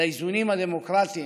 לאיזונים הדמוקרטיים,